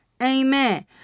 Amen